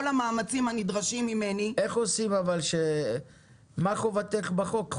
המאמצים הנדרשים ממני --- מה חובתך בחוק?